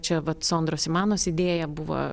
čia vat sondros imanos idėja buvo